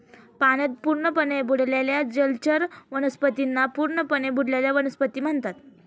पाण्यात पूर्णपणे बुडालेल्या जलचर वनस्पतींना पूर्णपणे बुडलेल्या वनस्पती म्हणतात